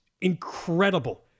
incredible